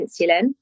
insulin